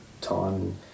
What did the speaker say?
time